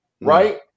right